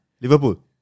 Liverpool